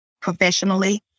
professionally